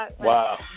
Wow